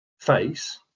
face